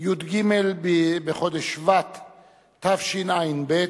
י"ג בחודש שבט התשע"ב,